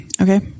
Okay